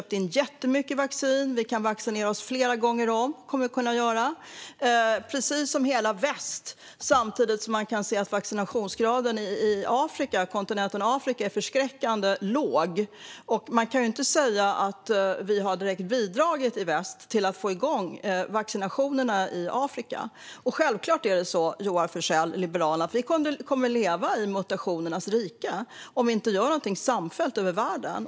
Precis som hela väst har vi köpt in jättemycket vaccin och kommer att kunna vaccinera oss flera gånger om. Samtidigt kan man se att vaccinationsgraden i Afrika är förskräckande låg, och man kan inte säga att vi i väst direkt har bidragit till att få igång vaccinationerna i Afrika. Självklart är det så, Joar Forssell från Liberalerna, att vi kommer att leva i mutationernas rike om vi inte gör någonting samfällt över världen.